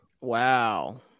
Wow